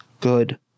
good